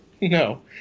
No